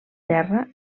terra